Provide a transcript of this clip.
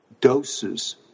doses